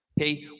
okay